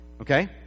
Okay